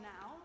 now